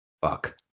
Fuck